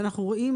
ואנחנו רואים